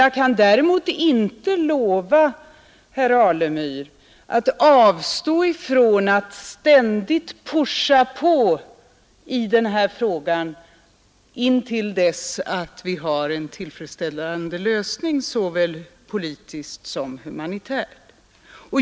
Jag kan däremot inte lova herr Alemyr att avstå från att ständigt ”pusha” på i denna fråga intill dess vi har uppnått en tillfredsställande lösning, såväl politiskt som humanitärt.